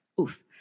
Oof